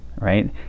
right